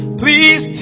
please